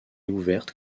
ouvertes